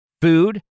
Food